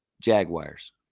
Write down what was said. Jaguars